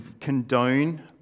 condone